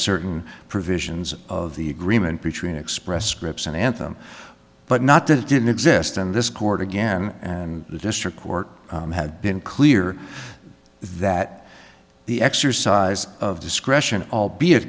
certain provisions of the agreement between express scripts and anthem but not that it didn't exist and this court again and the district court had been clear that the exercise of discretion albeit